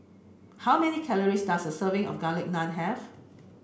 how many calories does a serving of garlic naan have